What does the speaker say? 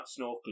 snorkeling